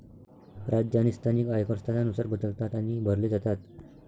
राज्य आणि स्थानिक आयकर स्थानानुसार बदलतात आणि भरले जातात